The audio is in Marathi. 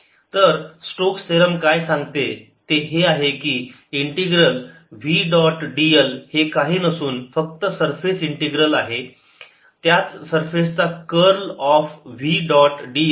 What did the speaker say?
Vxyzx2yijCxyk तर स्टोक्स थेरम Stokes' theorem काय सांगते ते हे आहे की इंटिग्रल v डॉट dl हे काही नसून फक्त सरफेस इंटीग्रल आहे त्याच सरफेस चा curl of v dot ds